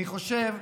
אני חושב,